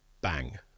bang